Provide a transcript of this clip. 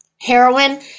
Heroin